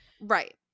Right